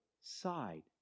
side